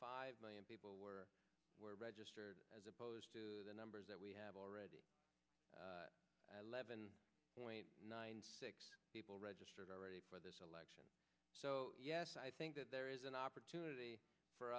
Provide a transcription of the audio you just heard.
five million people were registered as opposed to the numbers that we have already eleven point nine six people registered already for this election so yes i think that there is an opportunity for